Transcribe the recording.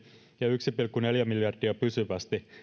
ja yksi pilkku neljä miljardia pysyvästi